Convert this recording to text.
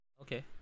Okay